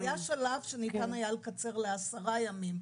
היה שלב שניתן היה לקצר לעשרה ימים,